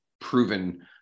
proven